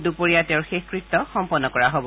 দূপৰীয়া তেওঁৰ শেষকৃত্য সম্পন্ন কৰা হব